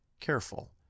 careful